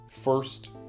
first